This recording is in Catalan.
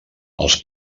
els